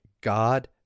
God